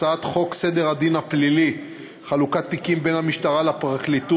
הצעת חוק סדר הדין הפלילי (חלוקת תיקים בין המשטרה לפרקליטות),